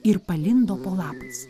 ir palindo po lapais